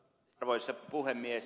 arvoisa puhemies